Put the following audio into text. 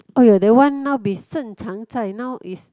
!aiyo! that one now be Shen-Chang-Zai now is